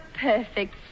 perfect